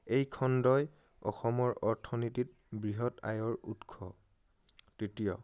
এই খণ্ডই অসমৰ অৰ্থনীতিত বৃহৎ আয়ৰ উৎস তৃতীয়